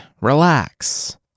Relax